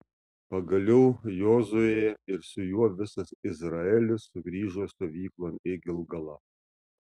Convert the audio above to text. pagaliau jozuė ir su juo visas izraelis sugrįžo stovyklon į gilgalą